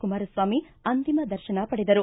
ಕುಮಾರಸ್ವಾಮಿ ಅಂತಿಮ ದರ್ಶನ ಪಡೆದರು